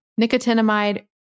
Nicotinamide